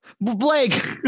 Blake